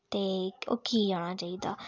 ते ओह् की जाना चाहिदा